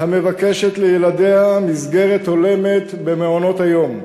המבקשת לילדיה מסגרת הולמת במעונות-היום.